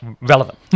relevant